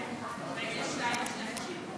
1 47 נתקבלו.